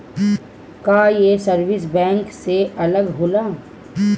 का ये service bank से अलग होला का?